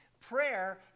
prayer